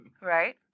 Right